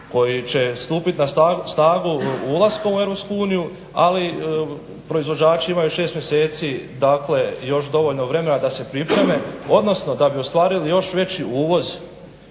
koji će stupiti na snagu ulaskom u EU ali proizvođači imaju 6 mjeseci, dakle još dovoljno vremena da se pripreme, odnosno da bi ostvarili još veći uvoz